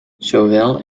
zowel